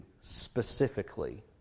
specifically